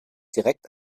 direkt